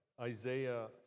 Isaiah